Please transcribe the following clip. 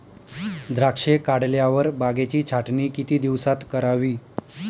द्राक्षे काढल्यावर बागेची छाटणी किती दिवसात करावी?